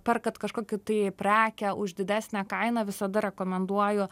perkat kažkokią tai prekę už didesnę kainą visada rekomenduoju